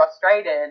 frustrated